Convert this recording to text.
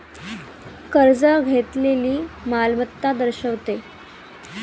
कर्ज घेतलेली मालमत्ता दर्शवते